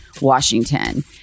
Washington